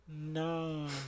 no